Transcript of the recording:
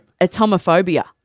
atomophobia